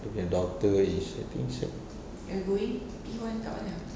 dia punya daughter is I think sec~